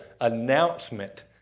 announcement